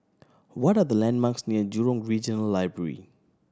what are the landmarks near Jurong Regional Library